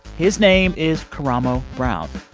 his name is karamo brown,